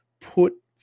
put